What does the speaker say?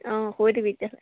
অঁ কৈ দিবি তেতিয়াহ'লে